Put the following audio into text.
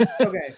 Okay